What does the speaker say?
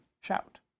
shout